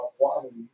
quality